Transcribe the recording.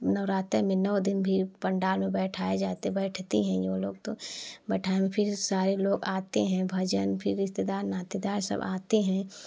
नवरात्रि में नौ दिन भी पंडाल में बैठाए जाते बैठती है ये लोग तो फिर सारे लोग आते हैं भजन फिर रिश्तेदार नातेदार सब आते हैं